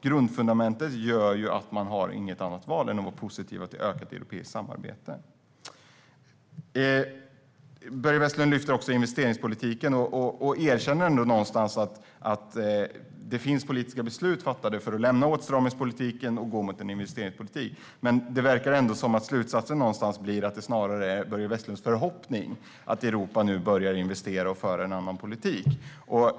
Grundfundamentet gör att man inte har något annat val än att vara positiva till ökat europeiskt samarbete. Börje Vestlund lyfter också upp investeringspolitiken och erkänner någonstans att det finns politiska beslut fattade för att lämna åtstramningspolitiken och gå mot en investeringspolitik. Men slutsatsen verkar ändå bli att det snarare är Börje Vestlunds förhoppning att Europa nu börjar investera och föra en annan politik.